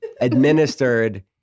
administered